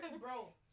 Bro